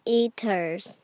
eaters